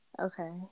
okay